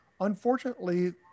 Unfortunately